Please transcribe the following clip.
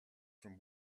from